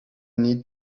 need